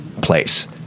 place